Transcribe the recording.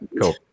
cool